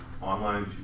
online